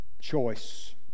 choice